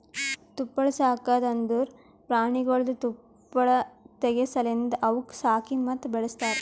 ತುಪ್ಪಳ ಸಾಕದ್ ಅಂದುರ್ ಪ್ರಾಣಿಗೊಳ್ದು ತುಪ್ಪಳ ತೆಗೆ ಸಲೆಂದ್ ಅವುಕ್ ಸಾಕಿ ಮತ್ತ ಬೆಳಸ್ತಾರ್